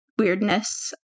weirdness